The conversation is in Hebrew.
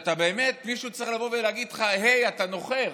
שבאמת מישהו צריך לבוא ולהגיד לך: היי, אתה נוחר,